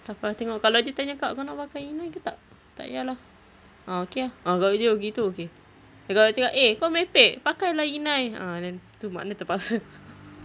takpe I tengok kalau dia tanya kak kau nak pakai inai ke tak tak yah lah ah okay lah ah kalau dia macam gitu okay kalau dia cakap eh kau merepek pakai lah inai ah then tu makna terpaksa